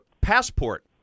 passport